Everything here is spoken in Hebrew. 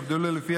שהוגדלו לפי